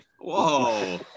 Whoa